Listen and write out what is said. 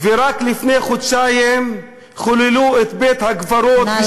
ורק לפני חודשיים חיללו את בית-הקברות, נא לסיים.